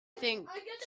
think